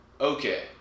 Okay